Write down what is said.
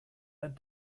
ein